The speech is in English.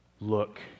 Look